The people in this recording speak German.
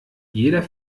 jeder